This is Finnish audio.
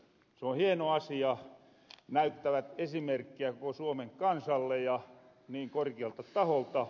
se on hieno asia näyttävät esimerkkiä koko suomen kansalle ja niin korkialta taholta